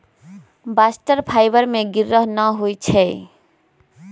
bast fibre में गिरह न होई छै